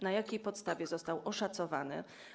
Na jakiej podstawie został oszacowany?